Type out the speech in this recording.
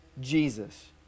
Jesus